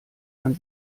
man